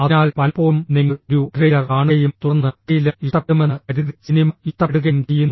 അതിനാൽ പലപ്പോഴും നിങ്ങൾ ഒരു ട്രെയിലർ കാണുകയും തുടർന്ന് ട്രെയിലർ ഇഷ്ടപ്പെടുമെന്ന് കരുതി സിനിമ ഇഷ്ടപ്പെടുകയും ചെയ്യുന്നു